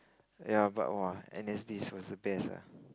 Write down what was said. ya but !wah! n_s days was the best ah